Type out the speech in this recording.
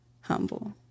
humble